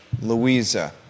Louisa